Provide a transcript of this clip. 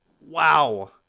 wow